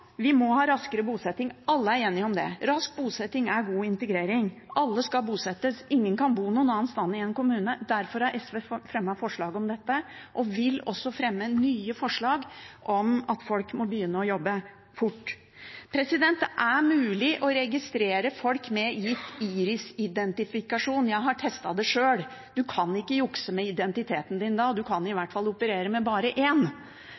vi må ha raskere bosetting, alle er enige om det. Rask bosetting er god integrering. Alle skal bosettes, ingen kan bo noe annet sted enn i en kommune. Derfor har SV fremmet forslag om dette, og vi vil også fremme nye forslag om at folk må begynne å jobbe – fort. Det er mulig å registrere folk ved irisidentifikasjon, jeg har testet det sjøl. Man kan ikke jukse med identiteten sin da – man kan i hvert fall operere med bare